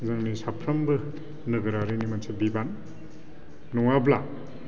जोंनि साफ्रोमबो नोगोरारिनि मोनसे बिबान नङाब्ला